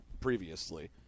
previously